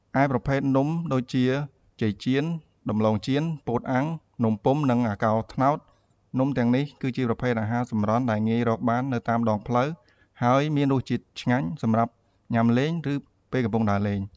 ឯប្រភេទនំដូចជា ចេកចៀន ដំឡូងចៀន ពោតអាំង នំពុម្ភ និងអាកោរត្នោត នំទាំងនេះគឺជាប្រភេទអាហារសម្រន់ដែលងាយរកបាននៅតាមដងផ្លូវ ហើយមានរសជាតិឆ្ងាញ់ សម្រាប់ញ៉ាំលេង ឬពេលកំពុងដើរលេង។